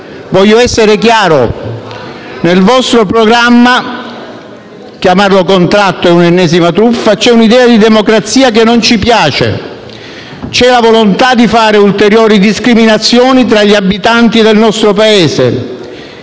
Voglio essere chiaro: nel vostro programma - chiamarlo contratto è un'ennesima truffa - c'è un'idea di democrazia che non ci piace, c'è la volontà di fare ulteriori discriminazioni tra gli abitanti del nostro Paese,